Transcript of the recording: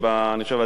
אני חושב,